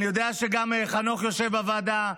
אני יודע שגם חנוך יושב בוועדה,